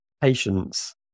patience